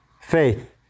faith